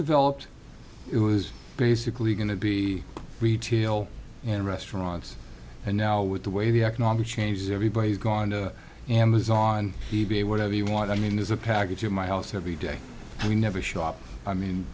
developed it was basically going to be retail and restaurants and now with the way the economic changes everybody's gone to amazon he be whatever you want i mean there's a package of my house every day and we never show up i mean